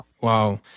Wow